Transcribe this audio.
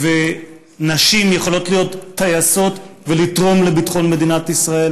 ונשים יכולות להיות טייסות ולתרום לביטחון מדינת ישראל,